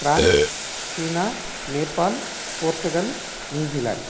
France China Nepal Portugal New Zealand